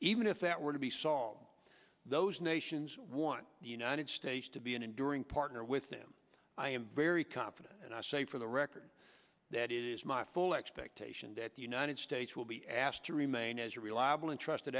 even if that were to be saw those nations want the united states to be an enduring partner with them i am very confident and i say for the record that it is my full expectation that the united states will be asked to remain as a reliable and trusted